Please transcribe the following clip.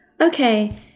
okay